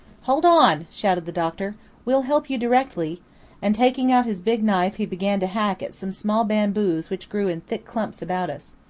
hold on! shouted the doctor we'll help you directly and taking out his big knife he began to hack at some small bamboos which grew in thick clumps about us.